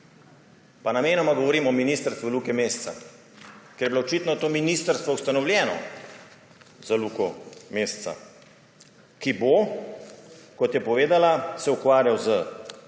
Pa namenoma govorim o ministrstvu Luke Mesca, ker je bilo očitno to ministrstvo ustanovljeno za Luko Mesca, kjer se bo, kot je povedala, ukvarjal s